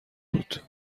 بود